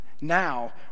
Now